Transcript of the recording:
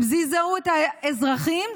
זעזעו את האזרחים,